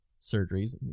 surgeries